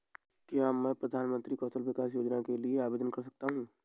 क्या मैं प्रधानमंत्री कौशल विकास योजना के लिए आवेदन कर सकता हूँ?